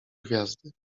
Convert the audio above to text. gwiazdy